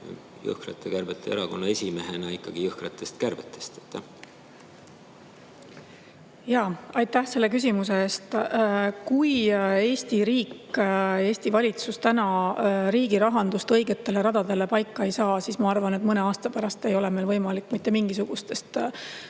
jõhkrate kärbete erakonna esimehena ikkagi jõhkratest kärbetest? Aitäh selle küsimuse eest! Kui Eesti riik, Eesti valitsus täna riigi rahandust õigetele radadele paika ei saa, siis ma arvan, et mõne aasta pärast ei ole meil võimalik mitte mingisugustest